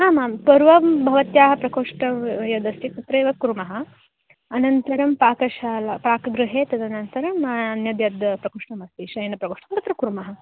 आम् आं पुर्वं भवत्याः प्रकोष्ठं यदस्ति तत्रैव कुर्मः अनन्तरं पाकशाला पाकगृहे तदनन्तरम् अन्यद् यद् प्रकोष्ठमस्ति शयनप्रकोष्ठं तत्र कुर्मः